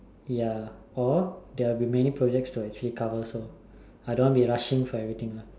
ya or there will be many projects to actually cover so I don't want be rushing for everything lah